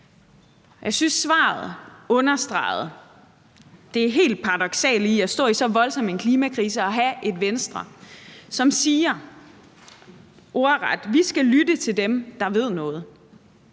Jeg synes, at svaret understregede det helt paradoksale i at stå i så voldsom en klimakrise og have et Venstre, som siger ordret: Vi skal lytte til dem, der ved noget.